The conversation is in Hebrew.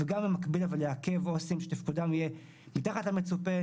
וגם במקביל לעכב עו"סים שתפקודם יהיה מתחת למצופה,